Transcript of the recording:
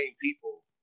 people